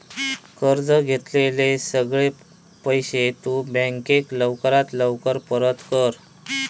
कर्ज घेतलेले सगळे पैशे तु बँकेक लवकरात लवकर परत कर